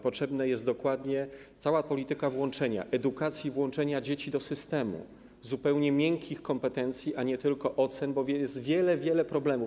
Potrzebna jest dokładnie cała polityka włączenia, tj. edukacji i włączenia dzieci do systemu, zupełnie miękkich kompetencji, a nie tylko ocen, bo jest wiele, wiele problemów.